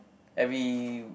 every